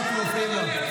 ואתם מפריעים לו.